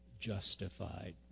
justified